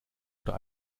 oder